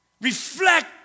Reflect